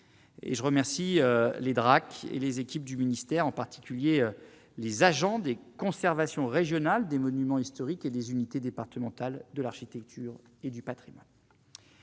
je remercie les Drac et les équipes du ministère en particulier, les agents de conservation régionale des monuments historiques et des unités départementales de l'architecture et du Patrimoine.